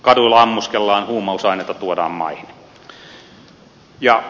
kaduilla ammuskellaan huumausaineita tuodaan maihin